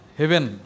heaven